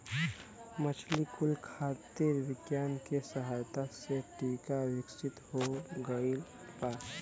मछली कुल खातिर विज्ञान के सहायता से टीका विकसित हो गइल बा